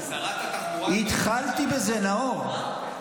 שרת התחבורה מדברת אחר כך?